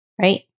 right